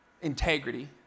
integrity